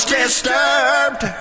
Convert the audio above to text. disturbed